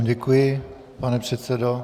Děkuji, pane předsedo.